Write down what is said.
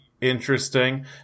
interesting